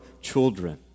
children